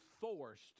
forced